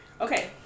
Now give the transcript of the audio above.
Okay